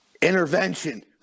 intervention